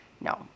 No